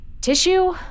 Tissue